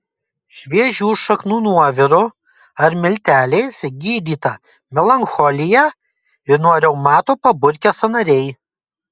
šviežių šaknų nuoviru ar milteliais gydyta melancholija ir nuo reumato paburkę sąnariai